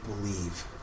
believe